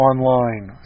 online